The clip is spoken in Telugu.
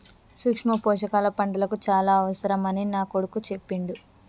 సూక్ష్మ పోషకాల పంటలకు చాల అవసరమని నా కొడుకు చెప్పిండు